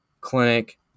clinic